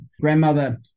grandmother